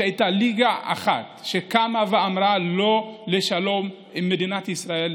שהייתה ליגה אחת שקמה ואמרה לא לשלום עם מדינת ישראל,